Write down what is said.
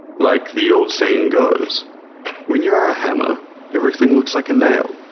like the old saying goes when you are a hammer everything looks like a nail.